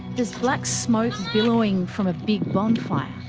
there's black smoke billowing from a big bonfire,